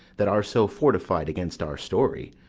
that are so fortified against our story,